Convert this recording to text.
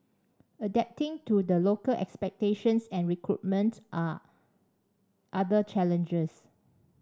adapting to the local expectations and recruitment are other challenges